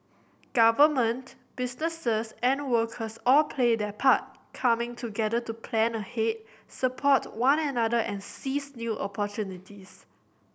government businesses and workers all play their part coming together to plan ahead support one another and seize new opportunities